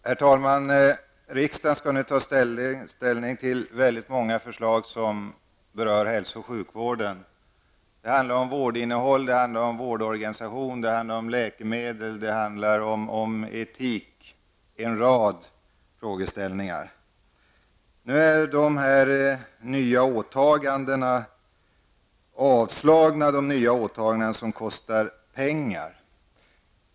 Herr talman! Riksdagen skall nu ta ställning till väldigt många förslag som rör hälso och sjukvården. Det handlar om vårdinnehåll, vårdorganisation, läkemedel och etik -- det är en rad olika frågor som här tas upp. Nu har förslagen om nya åtaganden som kostar pengar avstyrkts.